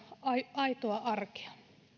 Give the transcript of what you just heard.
aitoa arkea